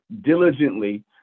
diligently